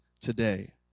today